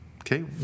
Okay